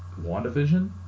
WandaVision